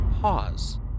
pause